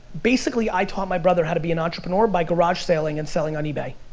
basically, i taught my brother how to be an entrepreneur by garage selling and selling on ebay.